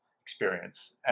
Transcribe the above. experience